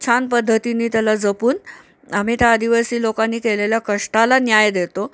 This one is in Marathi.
छान पद्धतीने त्याला जपून आम्ही त्या आदिवासी लोकांनी केलेल्या कष्टाला न्याय देतो